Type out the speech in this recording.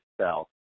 sell